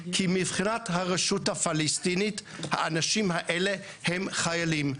כי מבחינת הרשות הפלסטינית האנשים האלה הם חיילים.